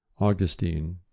Augustine